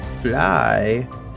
fly